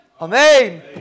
Amen